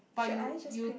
but you you